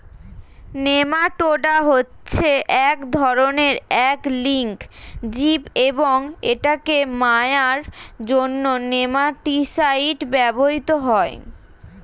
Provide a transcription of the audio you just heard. nematoda হচ্ছে এক ধরণের এক লিঙ্গ জীব এবং এটাকে মারার জন্য নেমাটিসাইড ব্যবহৃত হয়